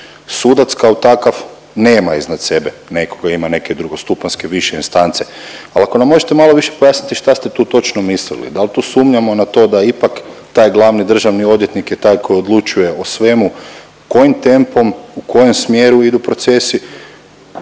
sudac kao takav nema iznad sebe nekog tko ima neke drugostupanjske više instance, ali ako nam možete malo više pojasniti šta ste tu točno mislili. Da li tu sumnjamo da to da ipak taj glavni državni odvjetnik je taj koji odlučuje o svemu kojim tempom, u kojem smjeru idu procesi?